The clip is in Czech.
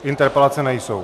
Interpelace nejsou.